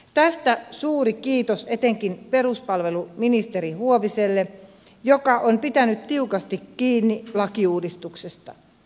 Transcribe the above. tästä suuri kiitos etenkin peruspalveluministeri huoviselle joka on pitänyt tiukasti kiinni lakiuudistuksesta